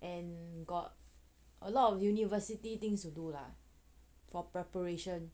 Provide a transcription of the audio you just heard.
and got a lot of university things to do lah for preparation